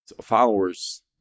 Followers